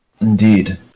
Indeed